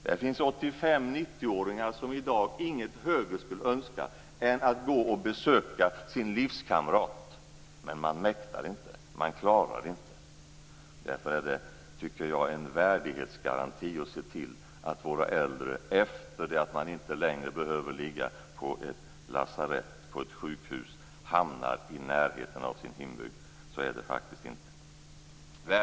Det finns 85 och 90-åringar som i dag inget högre skulle önska än att få besöka sin livskamrat, men man mäktar inte, man klarar inte det. Därför behövs det i en värdighetsgaranti se till att våra äldre efter det att de inte längre behöver ligga på ett lasarett eller sjukhus hamnar i närheten av sin hembygd. Så är det faktiskt inte nu.